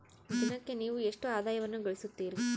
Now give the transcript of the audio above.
ದಿನಕ್ಕೆ ನೇವು ಎಷ್ಟು ಆದಾಯವನ್ನು ಗಳಿಸುತ್ತೇರಿ?